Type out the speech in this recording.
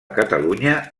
catalunya